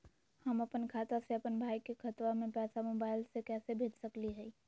हम अपन खाता से अपन भाई के खतवा में पैसा मोबाईल से कैसे भेज सकली हई?